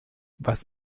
was